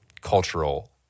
cultural